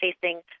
facing